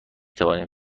توانیم